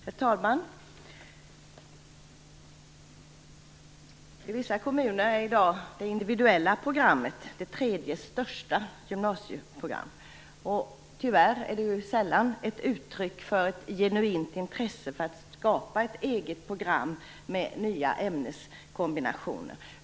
Herr talman! I vissa kommuner är i dag det individuella programmet det tredje största gymnasieprogrammet. Tyvärr är detta sällan ett uttryck för ett genuint intresse för att skapa ett eget program med nya ämneskombinationer.